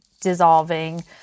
dissolving